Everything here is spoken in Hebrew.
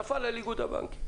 זה נפל על איגוד הבנקים.